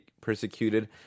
persecuted